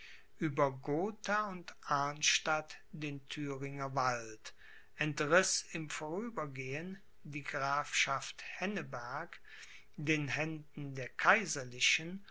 über gotha und arnstadt den thüringer wald entriß im vorübergehen die grafschaft henneberg den händen der kaiserlichen